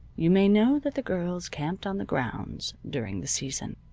you may know that the girls camped on the grounds during the season.